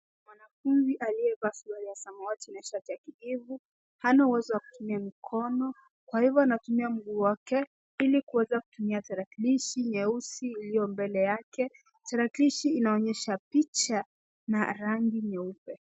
Mwanafunzi aliyevaa suruali ya samawati na shati ya kijivu hana huwezi wa kutumia mikono kwa hivyo anatumia mguu wake ili kuweza kutumia tarakilishi nyeusi iliyoko mbele. Tarakilishi inaonyesha picha ya rangi nyeupe.